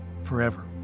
forever